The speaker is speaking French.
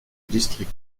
district